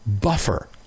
buffer